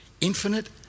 infinite